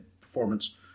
performance